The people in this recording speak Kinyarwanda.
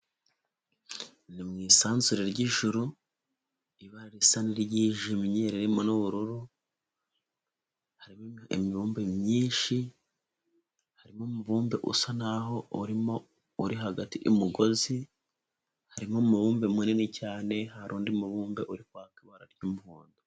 Ni mu isanzure ry'ijuru ibara risa n'iryijimye ririmo n'ubururu, harimo imibumbe myinshi harimo umubumbe usa naho urimo uri hagati y'umugozi, harimo umubumbe munini cyane, hari undi mubumbe uri kwaka ibara ry'umuhondo.